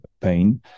pain